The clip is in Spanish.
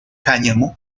cáñamo